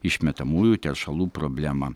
išmetamųjų teršalų problemą